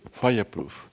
fireproof